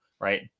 right